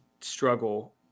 struggle